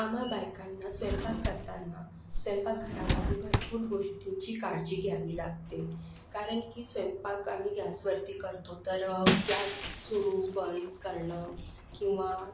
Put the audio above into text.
आम्हा बायकांना स्वयंपाक करताना स्वयंपाकघरामध्ये भरपूर गोष्टींची काळजी घ्यावी लागते कारण की स्वयंपाक आम्ही गॅसवरती करतो तर गॅस सुरू बंद करणं किंवा